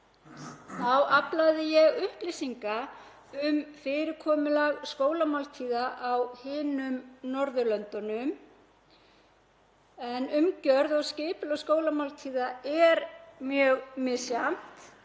máls aflaði ég upplýsinga um fyrirkomulag skólamáltíða á hinum Norðurlöndunum en umgjörð og skipulag skólamáltíða er mjög misjafnt